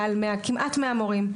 מעל כמעט 100 מורים,